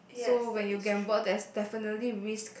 so when you gamble there's definitely risk